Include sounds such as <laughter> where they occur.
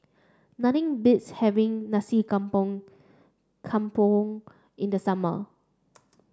nothing beats having Nasi <unintelligible> Campur in the summer